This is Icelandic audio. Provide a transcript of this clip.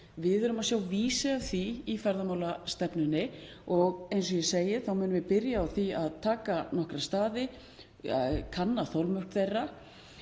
Við erum að sjá vísi að því í ferðamálastefnunni. Eins og ég segi þá munum við byrja á því að taka nokkra staði, kanna þolmörk þeirra